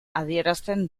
adierazten